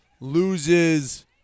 loses